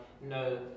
no